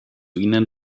ihnen